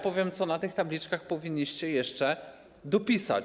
Powiem, co na tych tabliczkach powinniście jeszcze dopisać.